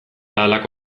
halako